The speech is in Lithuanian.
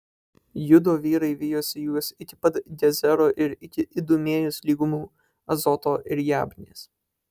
judo vyrai vijosi juos iki pat gezero ir iki idumėjos lygumų azoto ir jabnės